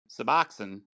Suboxone